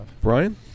Brian